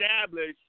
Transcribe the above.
establish